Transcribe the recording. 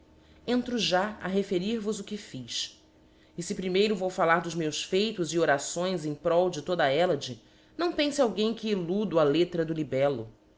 entro já a referir vos o que fiz e fe primeiro vou fallar dos meus feitos e orações em prol de toda a hellade não penfe alguém que illudo a lettra do libello